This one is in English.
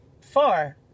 far